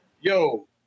Yo